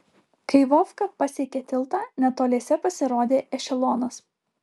kai vovka pasiekė tiltą netoliese pasirodė ešelonas